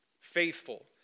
Faithful